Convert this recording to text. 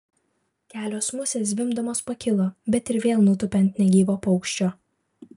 kelios musės zvimbdamos pakilo bet ir vėl nutūpė ant negyvo paukščio